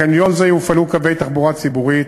מחניון זה יופעלו קווי תחבורה ציבורית